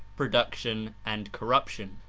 production and corruption.